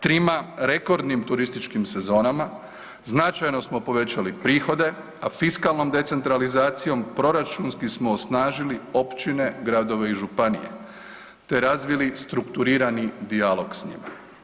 Trima rekordnim turističkim sezonama značajno smo povećali prihode, a fiskalnom decentralizacijom proračunski smo osnažili općine, gradove i županije te razvili strukturirani dijalog s njima.